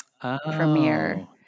premiere